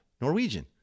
Norwegian